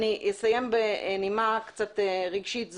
אסיים בנימה קצת רגשית זו,